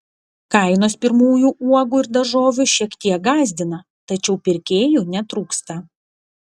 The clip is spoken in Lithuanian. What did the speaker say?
kainos pirmųjų uogų ir daržovių šiek tiek gąsdina tačiau pirkėjų netrūksta